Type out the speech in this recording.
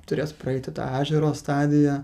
turės praeiti tą ežero stadiją